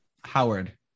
Howard